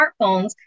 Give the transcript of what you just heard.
smartphones